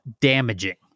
damaging